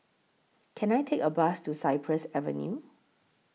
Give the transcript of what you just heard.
Can I Take A Bus to Cypress Avenue